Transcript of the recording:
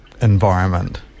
environment